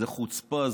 זה חוצפה,